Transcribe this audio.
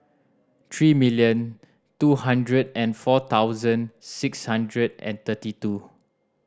three million two hundred and four thousand six hundred and thirty two